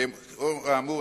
לאור האמור,